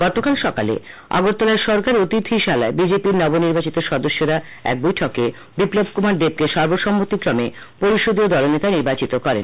গতকাল সকালে আগরতলায় সরকারী অতিথিশালায় বিজেপির নবনির্বাচিত স সদস্যরা এক বৈঠকে বিপ্লব কুমার দেবকে সর্বসম্মতিক্রমে পরিষদীয় দলনেতা হিসেবে নির্বাচিত করেন